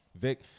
Vic